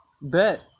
Bet